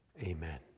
Amen